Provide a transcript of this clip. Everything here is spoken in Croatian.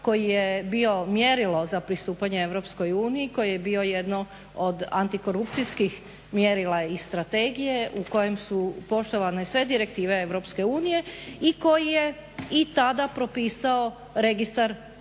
koji je bio mjerilo za pristupanje EU, koji je bio jedno od antikorupcijskih mjerila i strategije u kojem su poštovane sve direktive EU i koji je i tada propisao Registar koncesija.